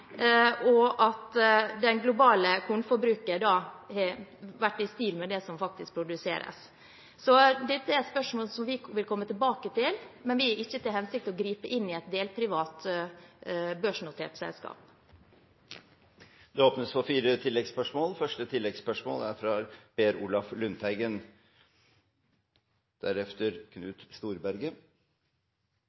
og at det globale kornforbruket har vært i stil med det som faktisk produseres. Så dette er spørsmål som vi vil komme tilbake til, men vi har ikke til hensikt å gripe inn i et delprivat, børsnotert selskap. Det åpnes for fire oppfølgingsspørsmål – først Per Olaf Lundteigen.